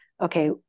okay